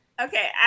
Okay